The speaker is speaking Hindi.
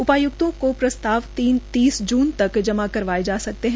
उपाय्क्तों के प्रस्ताव तीस जून तक जमा करवाए जा सकते है